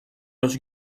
los